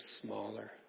smaller